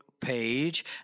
page